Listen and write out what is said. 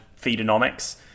Feedonomics